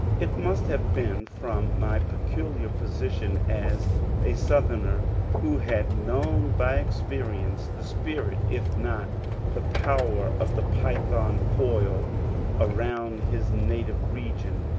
it must have been from my peculiar position as a south erner who had known by experience the spirit if not the power of the python coiled around his native region,